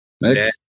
next